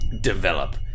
Develop